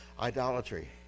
idolatry